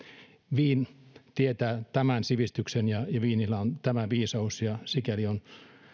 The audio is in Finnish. wien tietää tämän sivistyksen ja ja wienillä on tämä viisaus ja sikäli on